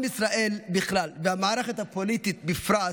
עם ישראל בכלל, והמערכת הפוליטית בפרט,